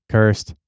Cursed